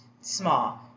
small